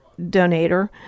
donator